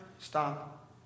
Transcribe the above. stop